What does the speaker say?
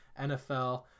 NFL